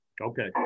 Okay